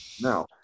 now